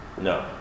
No